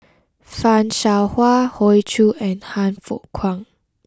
Fan Shao Hua Hoey Choo and Han Fook Kwang